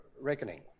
reckoning